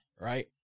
Right